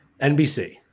NBC